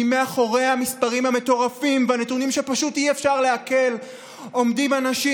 כי מאחורי המספרים המטורפים והנתונים שפשוט אי-אפשר לעכל עומדים אנשים.